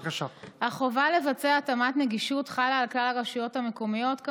החובה לבצע התאמת נגישות חלה על כלל הרשויות המקומיות,